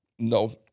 No